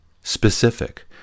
specific